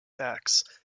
acts